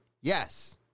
Yes